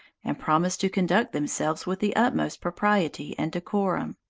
and promised to conduct themselves with the utmost propriety and decorum.